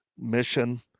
mission